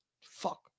Fuck